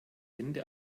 ende